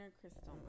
Crystal